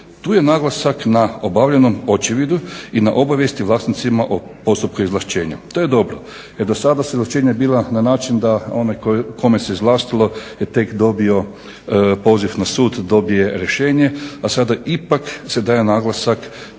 Tu je naglasak na obavljenom očevidu i na obavijesti vlasnicima o postupku izvlaštenja. To je dobro jer do sada su izvlaštenja bila na način da onaj kome se izvlastilo je tek dobio poziv na sud, da dobije rješenje, a sada ipak se daje naglasak